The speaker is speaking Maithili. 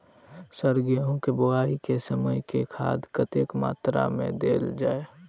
सर गेंहूँ केँ बोवाई केँ समय केँ खाद कतेक मात्रा मे देल जाएँ?